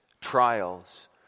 trials